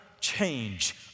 change